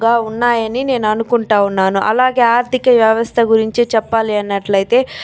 గా ఉన్నాయని నేను అనుకుంటా ఉన్నాను అలాగే ఆర్ధిక వ్యవస్థ గురించి చెప్పాలి అన్నట్లయితే